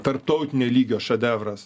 tarptautinio lygio šedevras